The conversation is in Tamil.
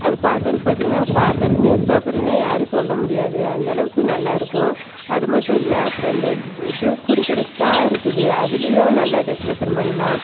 அது பார்க்கறக்கு பார்த்தீங்கன்னா பார்க்கறக்கு நியூஸ் பேப்பர்னே யாரும் சொல்ல முடியாது அந்தளவுக்கு நல்லா இருக்கும் அது மட்டும் இல்லை அப்புறம் இந்த ஜூ ஜூஸ் குடிக்கிற ஸ்ட்ரா இருக்குது அதுலேயும் நல்ல டெகரேஷன் பண்ணலாம்